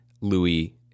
Louis